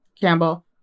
campbell